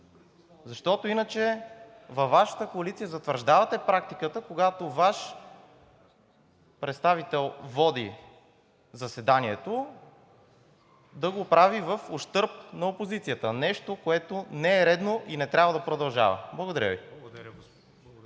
защото иначе във Вашата коалиция затвърждавате практиката, когато Ваш представител води заседанието, да го прави в ущърб на опозицията – нещо, което не е редно и не трябва да продължава. Благодаря Ви.